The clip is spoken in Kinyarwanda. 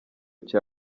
cya